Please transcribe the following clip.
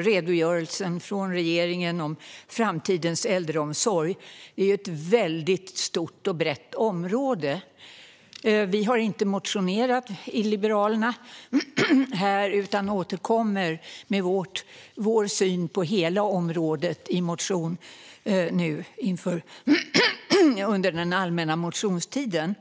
redogörelsen från regeringen om framtidens äldreomsorg. Det är ett mycket stort och brett område. Vi i Liberalerna har inte motionerat om detta utan återkommer med vår syn på hela området i motioner under den allmänna motionstiden.